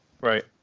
right